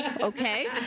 okay